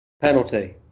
Penalty